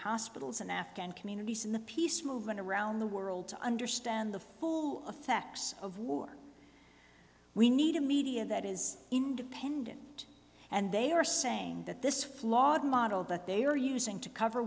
hospitals and afghan communities in the peace movement around the world to understand the full effects of war we need a media that is independent and they are saying that this flawed model but they are using to cover